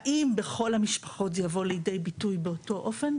האם בכל המשפחות זה יבוא לידי ביטוי באותו אופן?